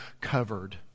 covered